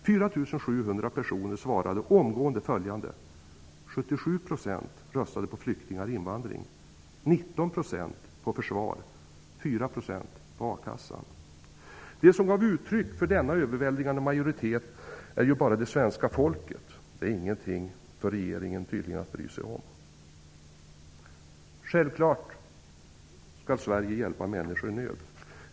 4 700 personer svarade omgående följande: 77 % röstade på flyktingar/invandring, 19 % på försvar, 4 % på akassan. De som gav uttryck för denna överväldigande majoritet är ju bara det svenska folket. Det är tydligen ingenting för regeringen att bry sig om. Självklart skall Sverige hjälpa människor i nöd.